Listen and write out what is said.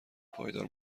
پایدار